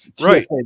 Right